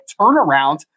turnaround